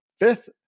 fifth